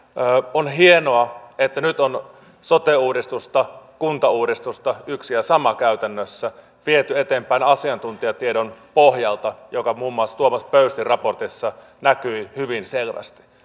on hienoa että nyt on sote uudistusta kuntauudistusta yksi ja sama käytännössä viety eteenpäin asiantuntijatiedon pohjalta joka muun muassa tuomas pöystin raportissa näkyi hyvin selvästi